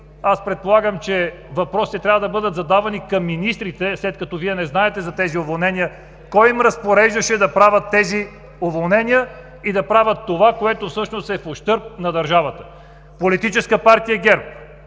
предполагам, че въпросите трябва да бъдат задавани към министрите, след като Вие не знаете за уволненията. Кой им разпореждаше да правят уволнения и да разпореждат в ущърб на държавата? Политическа партия ГЕРБ,